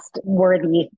worthy